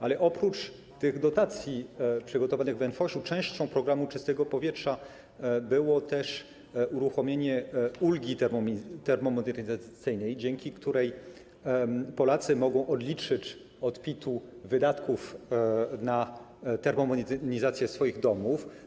Ale oprócz dotacji przygotowanych w NFOŚiGW częścią programu „Czyste powietrze” było też uruchomienie ulgi termomodernizacyjnej, dzięki której Polacy mogą odliczyć od PIT wydatki na termomodernizację swoich domów.